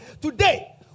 Today